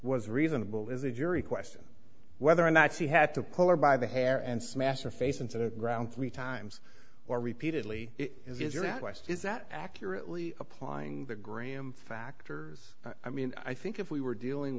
was reasonable is a jury question whether or not she had to pull her by the hair and smash her face incident round three times or repeatedly it is your question is that accurately applying the graham factors i mean i think if we were dealing